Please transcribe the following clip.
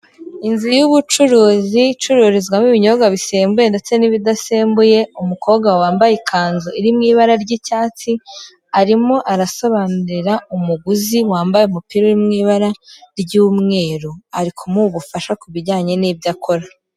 Inzu y'ubucuruzi icururizwamo ibinyobwa bisembuye ndetse n'ibidasembuye, umukobwa wambaye ikanzu y'ibara ry'icyatsi, arimo arasobanurira umuguzi wambaye umupira uri mu ibara ry'umweru ari kumuha ubufasha kubijyanye n'ibyo akora.